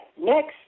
Next